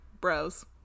bros